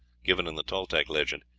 given in the toltec legend,